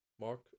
Mark